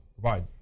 provide